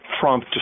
Trump